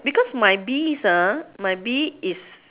because my bees ah my bee is